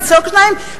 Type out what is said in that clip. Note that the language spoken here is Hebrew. נסוג שניים,